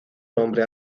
nombre